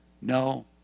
no